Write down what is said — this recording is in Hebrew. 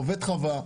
עובד חווה,